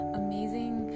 amazing